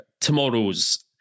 tomorrow's